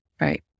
right